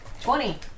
Twenty